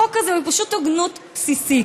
החוק הזה הוא פשוט הוגנות בסיסית.